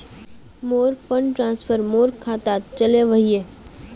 मोर fund transfer मोर खातात चले वहिये